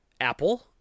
Apple